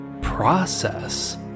Process